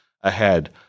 ahead